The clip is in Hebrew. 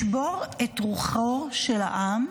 לשבור את רוחו של העם,